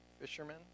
fishermen